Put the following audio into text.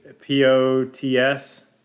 P-O-T-S